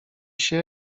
się